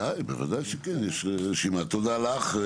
תודה לך.